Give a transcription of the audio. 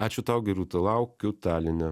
ačiū tau gerūta laukiu taline